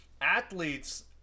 athletes